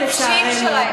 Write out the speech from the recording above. לצערנו.